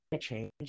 change